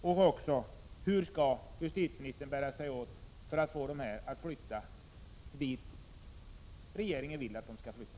Och hur skall justitieministern bära sig åt för att få dessa poliser att flytta dit regeringen vill att de skall flytta?